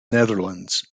netherlands